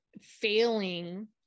failing